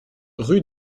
rue